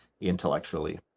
intellectually